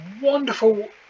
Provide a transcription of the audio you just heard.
wonderful